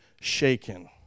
shaken